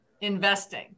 investing